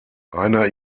einer